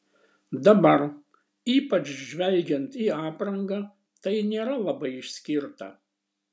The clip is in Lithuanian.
dabar ypač žvelgiant į aprangą tai nėra labai išskirta